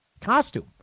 costume